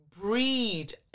breed